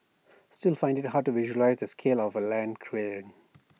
still find IT hard to visualise the scale of land clearing